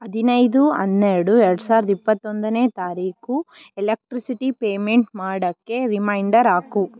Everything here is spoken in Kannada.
ಹದಿನೈದು ಹನ್ನೆರಡು ಎರಡು ಸಾವಿರದ ಇಪ್ಪತ್ತೊಂದನೇ ತಾರೀಖು ಎಲೆಕ್ಟ್ರಿಸಿಟಿ ಪೇಮೆಂಟ್ ಮಾಡೋಕ್ಕೆ ರಿಮೈಂಡರ್ ಹಾಕು